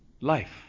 life